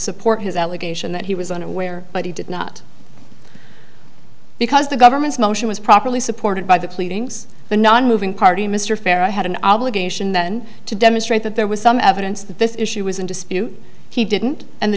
support his allegation that he was unaware but he did not because the government's motion was properly supported by the pleadings the nonmoving party mr fair i had an obligation then to demonstrate that there was some evidence that this issue was in dispute he didn't and the